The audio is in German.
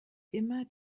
immer